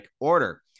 order